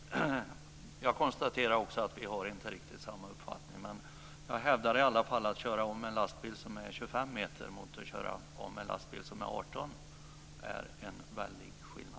Fru talman! Också jag konstaterar att vi inte har riktigt samma uppfattning. Jag hävdar ändå att det är en väldig skillnad mellan att köra om en 25 meter lång lastbil och att köra om en som är 18 meter lång.